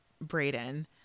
Braden